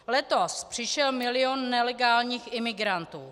Letos přišel milion nelegálních imigrantů.